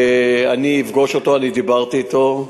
אני אפגוש אותו, אני דיברתי אתו,